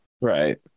Right